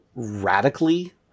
Radically